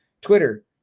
Twitter